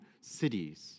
cities